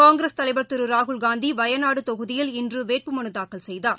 காங்கிரஸ் தலைவர் திருராகுல்காந்திவயநாடுதொகுதியில் இன்றுவேட்புமனுதாக்கல் செய்தார்